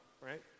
right